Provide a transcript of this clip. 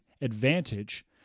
advantage